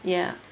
ya